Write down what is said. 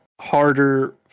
harder